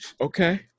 Okay